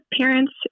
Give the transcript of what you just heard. parents